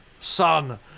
son